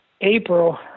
April